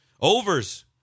Overs